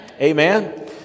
amen